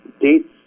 dates